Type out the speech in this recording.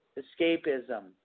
escapism